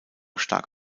stark